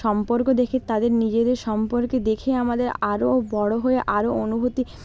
সম্পর্ক দেখে তাদের নিজেদের সম্পর্কে দেখে আমাদের আরও বড়ো হয়ে আরও অনুভূতি